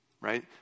Right